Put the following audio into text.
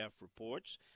reports